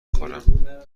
خورم